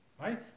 Right